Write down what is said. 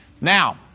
Now